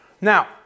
Now